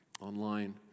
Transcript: online